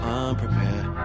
unprepared